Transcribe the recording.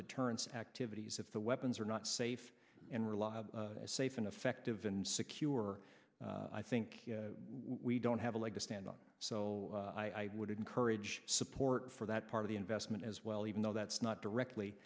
deterrence activities if the weapons are not safe and reliable safe and effective and secure i think we don't have a leg to stand on so i would encourage support for that part of the investment as well even though that's not directly